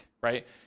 right